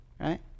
right